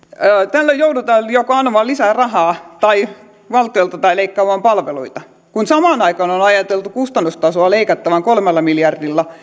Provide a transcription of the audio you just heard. tällöin joudutaan joko anomaan lisää rahaa valtiolta tai leikkaamaan palveluita kun samaan aikaan on on ajateltu kustannustasoa leikattavan kolmella miljardilla